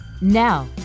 Now